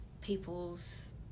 people's